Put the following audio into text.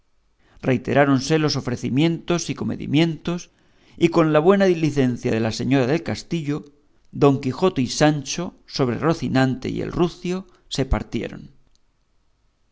reiteráronse los ofrecimientos y comedimientos y con la buena licencia de la señora del castillo don quijote y sancho sobre rocinante y el rucio se partieron